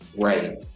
Right